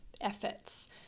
efforts